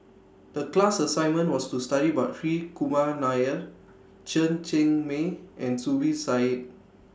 The class assignment was to study about Hri Kumar Nair Chen Cheng Mei and Zubir Said